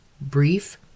brief